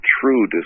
true